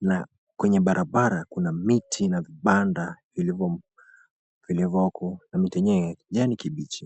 na kwenye barabara kuna miti na vibanda vilivyoko na miti yenyewe ya kijani kibichi.